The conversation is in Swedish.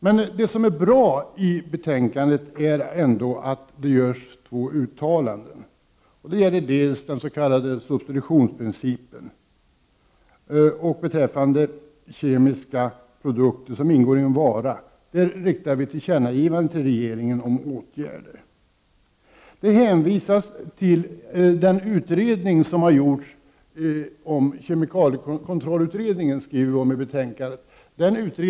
Däremot är det bra att det görs två uttalanden i betänkandet. Det gäller den s.k. substitutionsprincipen och kemiska produkter som ingår i en vara, där det riktas ett tillkännagivande till regeringen. Betänkandet hänvisar till kemikaliekontrollutredningen.